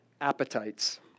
appetites